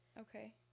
Okay